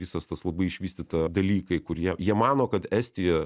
visas tas labai išvystyta dalykai kurie jie mano kad estija